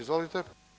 Izvolite.